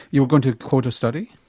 you were going to quote a study?